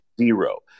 Zero